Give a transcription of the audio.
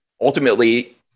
ultimately